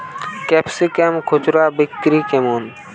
Capsicum খুচরা বিক্রি কেমন?